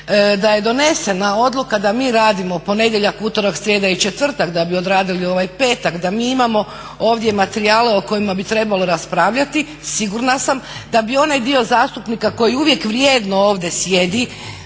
Da je donesena odluka da mi radimo ponedjeljak, utorak, srijeda i četvrtak da bi odradili ovaj petak, da bi mi imamo ovdje materijale o kojima bi trebalo raspravljati, sigurna sam da bi onaj dio zastupnika koji uvijek vrijedno ovdje sjedi